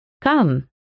Come